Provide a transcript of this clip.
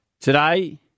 Today